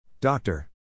Doctor